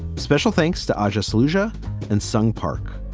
special thanks to adjust fallujah and sung park.